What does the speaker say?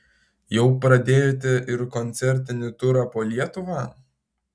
jau pradėjote ir koncertinį turą po lietuvą